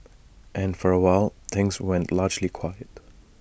and for A while things went largely quiet